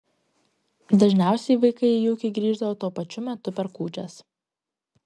dažniausiai vaikai į ūkį grįždavo tuo pačiu metu per kūčias